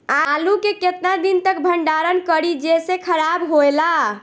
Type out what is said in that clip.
आलू के केतना दिन तक भंडारण करी जेसे खराब होएला?